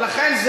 ולכן,